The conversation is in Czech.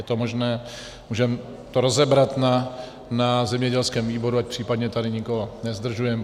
Je to možné, můžeme to rozebrat na zemědělském výboru, ať případně tady nikoho nezdržujeme.